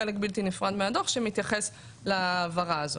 חלק בלתי נפרד מהדו"ח שמתייחס להעברה הזאת.